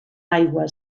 aigua